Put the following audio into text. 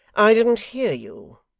i didn't hear you.